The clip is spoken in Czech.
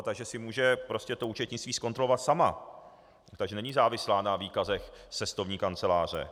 Takže si může prostě to účetnictví zkontrolovat sama, takže není závislá na výkazech cestovní kanceláře.